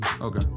Okay